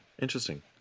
interesting